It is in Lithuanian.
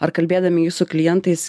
ar kalbėdami jūs su klientais